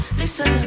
listen